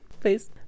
please